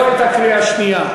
זו הייתה קריאה שנייה,